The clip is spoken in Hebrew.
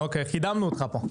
אוקי, קידמנו אותך פה.